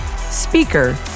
speaker